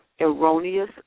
erroneous